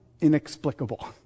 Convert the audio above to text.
inexplicable